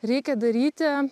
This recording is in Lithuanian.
reikia daryti